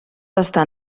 està